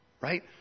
right